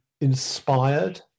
inspired